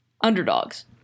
underdogs